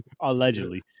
allegedly